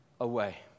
away